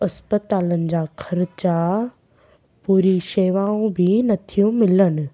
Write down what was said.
अस्पतालुनि जा ख़र्चा पूरी शेवाऊं बि नथियूं मिलनि